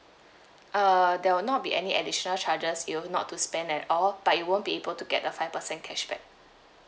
uh there will not be any additional charges if you've not to spend at all but you won't be able to get the five percent cashback